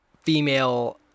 female